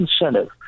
incentive